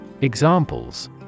Examples